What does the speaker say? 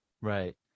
Right